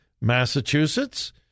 Massachusetts